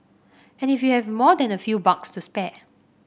and if you have more than a few bucks to spare